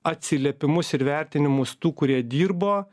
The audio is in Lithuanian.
atsiliepimus ir vertinimus tų kurie dirbo